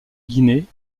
guinée